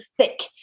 thick